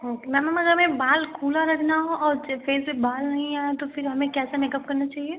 हाँ तो मैम अगर हमें बाल खुला रखना हो और जैसे जैसे बाल नही आऍं तो फिर हमें कैसा मेकअप करना चाहिए